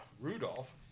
Rudolph